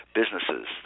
businesses